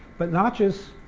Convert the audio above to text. but notches,